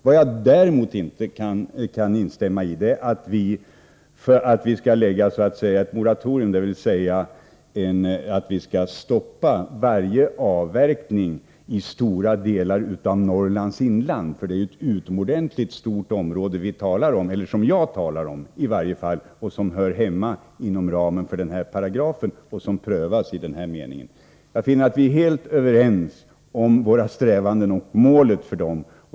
Vad jag däremot inte kan instämma i äratt vi skall lägga ett moratorium, dvs. stoppa varje avverkning i stora delar av Norrlands inland — för det är ju ett utomordentligt stort område som i varje fall jag talar om och som hör hemma under denna paragraf och skall prövas i detta avseende. Jag finner att vi är helt överens om våra strävanden och målet för dem.